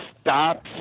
stop